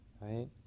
right